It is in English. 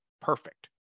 perfect